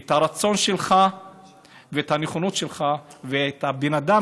את הרצון שלך ואת הנכונות שלך ואת הבן אדם